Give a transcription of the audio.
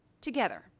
together